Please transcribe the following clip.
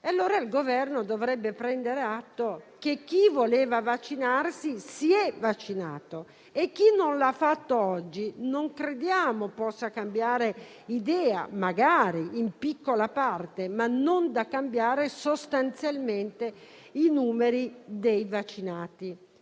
allora, dovrebbe prendere atto che chi voleva vaccinarsi si è vaccinato e chi non l'ha fatto oggi non crediamo possa cambiare idea: magari lo farà una piccola parte, ma non tale da cambiare sostanzialmente i numeri dei vaccinati.